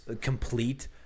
complete